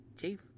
Chief